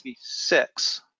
six